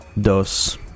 Dos